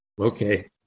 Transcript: okay